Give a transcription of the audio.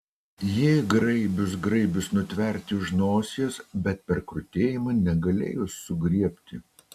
ji graibius graibius nutverti už nosies bet per krutėjimą negalėjus sugriebti